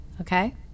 okay